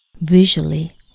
Visually